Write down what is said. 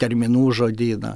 terminų žodyną